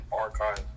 archive